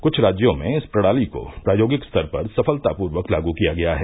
कुछ राज्यों में इस प्रणाली को प्रायोगिक स्तर पर सफलतापूर्वक लागू किया गया है